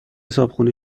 صاحبخونه